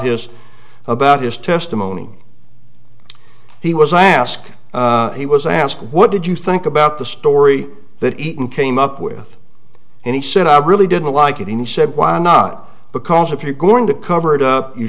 his about his testimony he was ask he was asked what did you think about the story that even came up with and he said i really didn't like it he said why not because if you're going to cover it up you